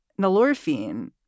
nalorphine